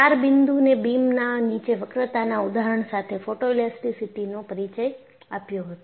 ચાર બિંદુને બીમના નીચે વક્રતાના ઉદાહરણ સાથે ફોટોઈલાસ્ટીસીટીનો પરિચય આપ્યો હતો